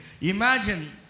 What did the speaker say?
Imagine